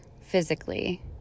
physically